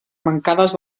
mancades